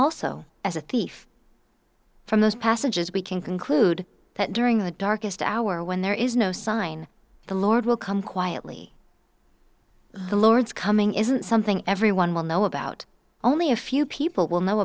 also as a thief from those passages we can conclude that during the darkest hour when there is no sign the lord will come quietly the lord's coming isn't something everyone will know about only a few people will know